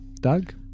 Doug